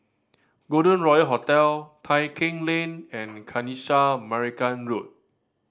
Golden Royal Hotel Tai Keng Lane and Kanisha Marican Road